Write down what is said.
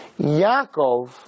Yaakov